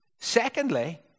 Secondly